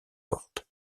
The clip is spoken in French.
fortes